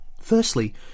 Firstly